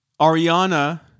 Ariana